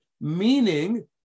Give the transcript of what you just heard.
meaning